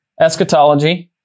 eschatology